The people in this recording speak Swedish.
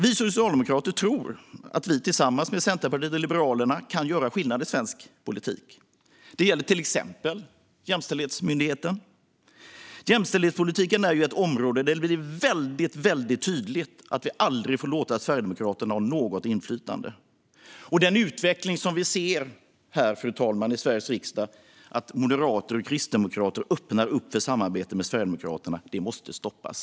Vi socialdemokrater tror att vi tillsammans med Centerpartiet och Liberalerna kan göra skillnad i svensk politik. Det gäller till exempel Jämställdhetsmyndigheten. Jämställdhetspolitiken är ett område där det blir väldigt tydligt att vi aldrig får låta Sverigedemokraterna ha något inflytande. Den utveckling vi ser här i Sveriges riksdag att moderater och kristdemokrater öppnar upp för samarbete med Sverigedemokraterna måste stoppas.